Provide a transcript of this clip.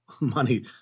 money